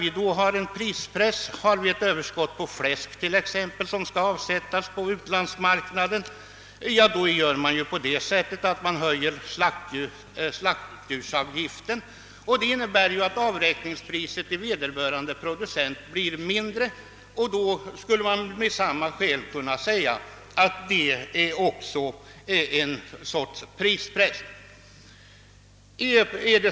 Vid en överproduktion på fläsk, som skall avsättas på utlandsmarknaden, höjer vi exempelvis slaktdjursavgiften, vilket innebär att avräkningspriset till producenten blir lägre. Man kan väl med samma fog säga att också det är en sorts prispress.